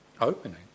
Opening